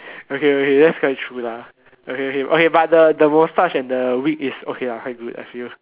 okay wait wait thats quite true lah okay okay but the the mustache and the wig is okay lah quite good I feel